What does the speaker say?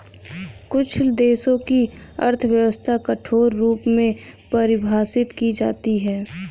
कुछ देशों की अर्थव्यवस्था कठोर रूप में परिभाषित की जाती हैं